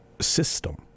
system